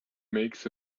makes